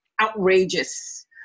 outrageous